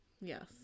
Yes